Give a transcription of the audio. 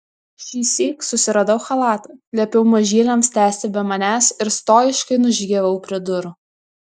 šįsyk susiradau chalatą liepiau mažyliams tęsti be manęs ir stojiškai nužygiavau prie durų